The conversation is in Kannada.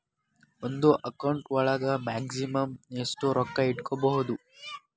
ಒಂದು ಅಕೌಂಟ್ ಒಳಗ ಮ್ಯಾಕ್ಸಿಮಮ್ ಎಷ್ಟು ರೊಕ್ಕ ಇಟ್ಕೋಬಹುದು?